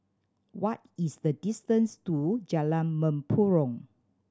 what is the distance to Jalan Mempurong